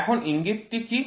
এখন ইঙ্গিতটি কী